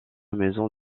maison